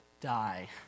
die